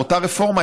באותה רפורמה,